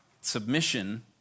Submission